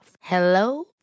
Hello